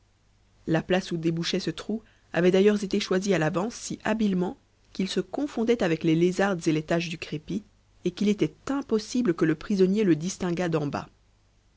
la place où débouchait ce trou avait d'ailleurs été choisie à l'avance si habilement qu'il se confondait avec les lézardes et les taches du crépi et qu'il était impossible que le prisonnier le distinguât d'en bas